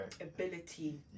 ability